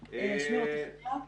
שלום.